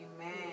Amen